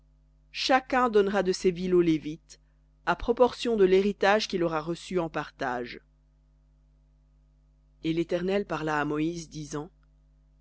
chacun donnera de ses villes aux lévites à proportion de l'héritage qu'il aura reçu en partage et l'éternel parla à moïse disant